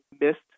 missed